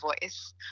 voice